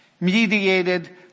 mediated